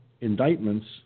indictments